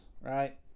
right